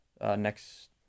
next